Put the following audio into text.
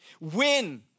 win